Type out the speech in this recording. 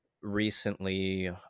Recently